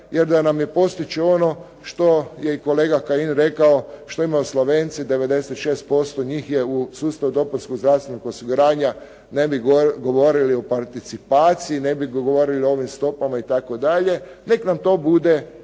jer da nam je postići ono što je i kolega Kajin rekao, što imaju Slovenci, 96% njih je u sustavu dopunskog zdravstvenog osiguranja, ne bi govorili o participaciji, ne bi govorili o ovim stopama itd. Nek' nam to bude cilj,